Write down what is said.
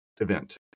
event